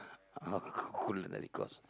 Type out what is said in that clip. culinary course